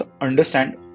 understand